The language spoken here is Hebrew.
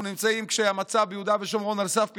אנחנו נמצאים כשהמצב ביהודה ושומרון על סף פיצוץ,